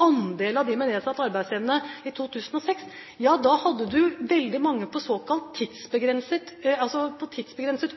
andel av dem med nedsatt arbeidsevne på tiltak i 2006: Ja, da hadde man veldig mange på tidsbegrenset